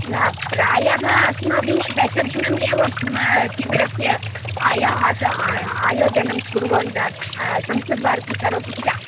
न प्रायः अस्माभिः दश दिनम् एव शिबिरस्य आय आल आय आयोजनं कुर्वन् संस्कृतभारती करोति किल